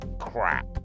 crap